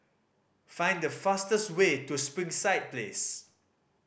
find the fastest way to Springside Place